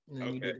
Okay